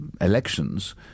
elections